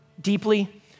deeply